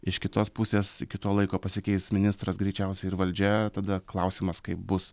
iš kitos pusės iki to laiko pasikeis ministras greičiausiai ir valdžia tada klausimas kaip bus